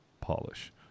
polish